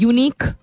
Unique